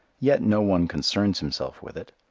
yet no one concerns himself with it.